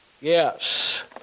Yes